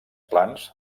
plans